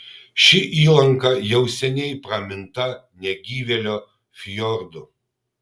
ši įlanka jau seniai praminta negyvėlio fjordu